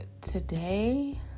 today